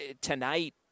tonight